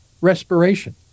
respiration